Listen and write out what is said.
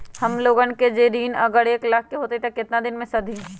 हमन लोगन के जे ऋन अगर एक लाख के होई त केतना दिन मे सधी?